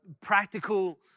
practical